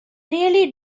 really